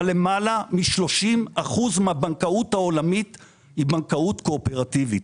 אבל למעלה מ-30% מהבנקאות העולמית היא בנקאות קואופרטיבית.